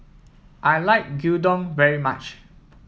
I like Gyudon very much